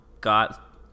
got